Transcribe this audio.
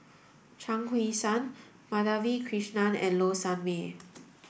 Chuang Hui Tsuan Madhavi Krishnan and Low Sanmay